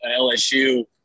LSU